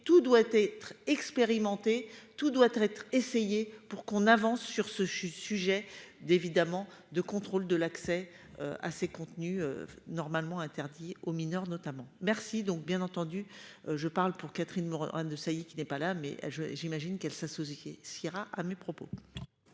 Tout doit être expérimenté. Tout doit être essayer pour qu'on avance sur ce suis sujet d'évidemment de contrôle de l'accès. À ces contenus normalement interdit aux mineurs notamment merci donc, bien entendu je parle pour Catherine Morin-, Desailly qui n'est pas là mais je, j'imagine qu'elle s'associer Sierra à mes propos.